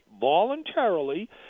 voluntarily